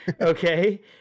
Okay